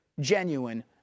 genuine